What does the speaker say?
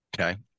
Okay